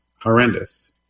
horrendous